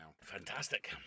Fantastic